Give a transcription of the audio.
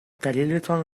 دلیلتان